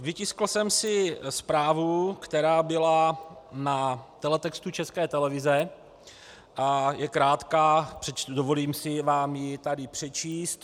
Vytiskl jsem si zprávu, která byla na teletextu České televize a je krátká, dovolím si vám ji tady přečíst.